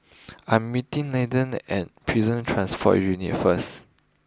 I am meeting Landen at Prison Transport Unit first